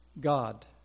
God